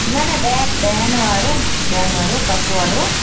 न न ॾह ॾहनि वारो ॾहनि वारो कप वारो